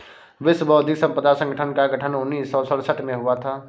विश्व बौद्धिक संपदा संगठन का गठन उन्नीस सौ सड़सठ में हुआ था